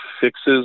fixes